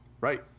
Right